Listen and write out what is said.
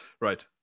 Right